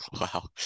Wow